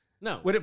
No